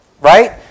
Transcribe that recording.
right